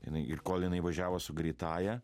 jinai ir kol jinai važiavo su greitąja